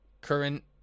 current